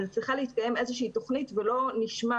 צריכה להתקיים איזושהי תוכנית ולא נשמע